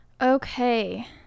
Okay